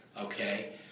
okay